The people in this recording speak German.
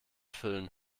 füllen